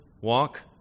walk